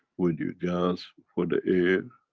would you gasp for the air,